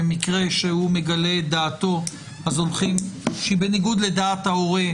במקרה שהוא מגלה את דעתו שהיא בניגוד לדעת ההורים,